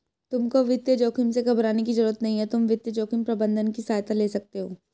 तुमको वित्तीय जोखिम से घबराने की जरूरत नहीं है, तुम वित्तीय जोखिम प्रबंधन की सहायता ले सकते हो